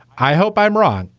i hope i'm wrong.